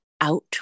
out